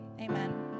amen